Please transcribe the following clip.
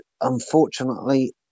unfortunately